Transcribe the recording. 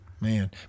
Man